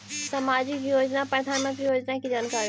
समाजिक योजना और प्रधानमंत्री योजना की जानकारी?